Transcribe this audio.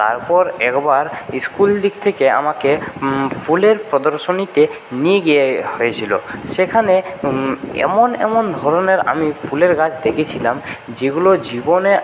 তারপর একবার স্কুল দিক থেকে আমাকে ফুলের প্রদর্শনীতে নিয়ে গিয়ে হয়েছিল সেখানে এমন এমন ধরনের আমি ফুলের গাছ দেখেছিলাম যেগুলো জীবনে